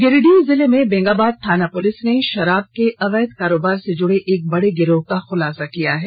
गिरिडीह जिले में बेंगाबाद थाना पुलिस ने शराब के अवैध कारोबार से जुड़े एक बड़े गिरोह का खुलासा किया है